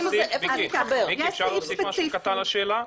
מיקי, אפשר להוסיף משהו קטן לשאלה?